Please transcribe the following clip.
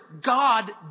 God